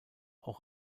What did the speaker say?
auch